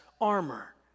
armor